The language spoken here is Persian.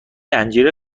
انجیر